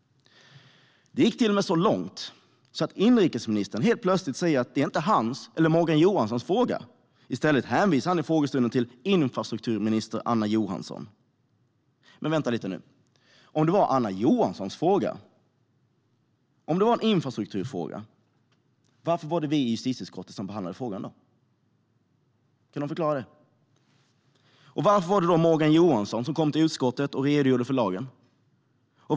Det gick till och med så långt att inrikesministern plötslig sa att det inte var hans eller Morgan Johanssons fråga. I stället hänvisade han på frågestunden till infrastrukturminister Anna Johansson. Men vänta lite: Om det är Anna Johanssons fråga, om det är en infrastrukturfråga, varför var det vi i justitieutskottet som behandlade frågan? Kan någon förklara det? Varför var det Morgan Johansson som kom till utskottet och redogjorde för lagen?